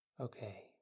Okay